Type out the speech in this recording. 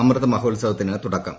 അമൃത് മഹോത്സ്വത്തിന് തുടക്കം